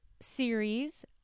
series